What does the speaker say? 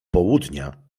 południa